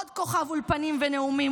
עוד כוכב אולפנים ונאומים,